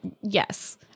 Yes